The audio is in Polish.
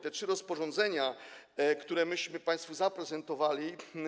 Te trzy rozporządzenia, które myśmy państwu zaprezentowali.